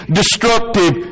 destructive